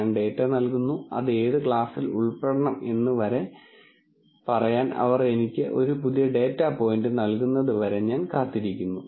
ഞാൻ ഡാറ്റ നൽകുന്നു അത് ഏത് ക്ലാസിൽ ഉൾപ്പെടണം എന്ന് പറയാൻ അവർ എനിക്ക് ഒരു പുതിയ ഡാറ്റ പോയിന്റ് നൽകുന്നത് വരെ ഞാൻ കാത്തിരിക്കുന്നു